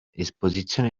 esposizione